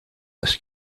this